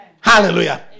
Hallelujah